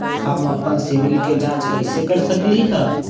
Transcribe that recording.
हम अपन सिबिल के जाँच कइसे कर सकली ह?